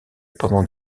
pendant